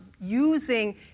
using